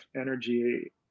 energy